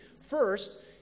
First